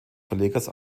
verlegers